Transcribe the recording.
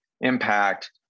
impact